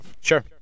sure